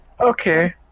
Okay